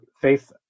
faith